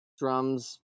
Drums